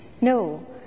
No